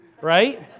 right